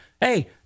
hey